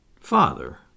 Father